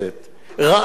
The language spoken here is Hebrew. רעיון,